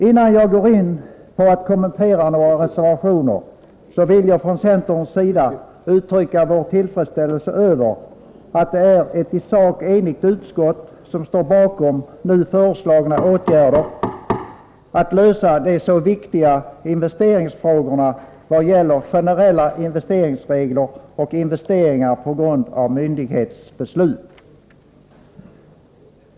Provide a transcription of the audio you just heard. Innan jag kommenterar några reservationer, så vill jag från centerns sida uttrycka vår tillfredsställelse över att det är ett i sak enigt utskott som står bakom nu föreslagna åtgärder för att lösa de så viktiga investeringsfrågorna vad gäller generella investeringsregler och investeringar på grund av mynaighetsbeslut.